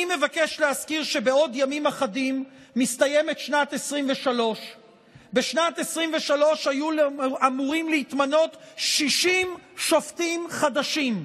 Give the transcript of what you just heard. אני מבקש להזכיר שבעוד ימים אחדים מסתיימת שנת 2023. בשנת 2023 היו אמורים להתמנות 60 שופטים חדשים.